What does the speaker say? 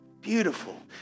beautiful